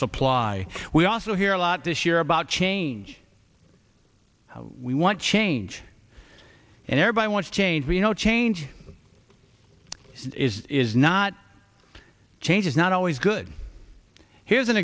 supply we also hear a lot this year about change we want change and everybody wants change you know change is not change is not always good here's an